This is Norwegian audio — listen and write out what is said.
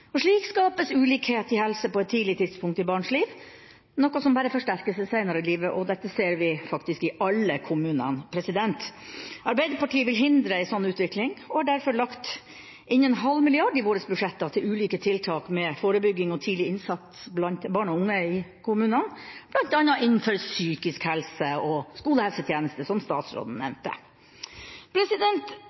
og slik skapes ulikhet i helse på et tidlig tidspunkt i barns liv, noe som bare forsterker seg seinere i livet. Dette ser vi faktisk i alle kommuner. Arbeiderpartiet vil hindre en sånn utvikling og har derfor lagt inn en halv milliard i vårt alternative budsjett til ulike tiltak for forebygging og tidlig innsats blant barn og unge i kommunene, bl.a. innenfor psykisk helse og skolehelsetjenesten, som statsråden nevnte.